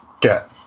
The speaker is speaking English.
get